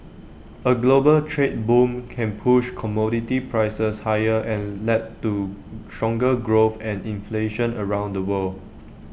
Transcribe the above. A global trade boom can push commodity prices higher and led to stronger growth and inflation around the world